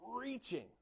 reaching